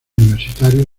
universitario